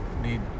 need